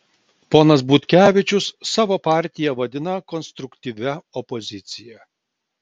ponas butkevičius savo partiją vadina konstruktyvia opozicija